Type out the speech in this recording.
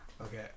Okay